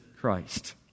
Christ